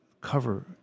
cover